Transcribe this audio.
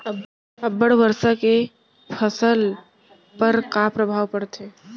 अब्बड़ वर्षा के फसल पर का प्रभाव परथे?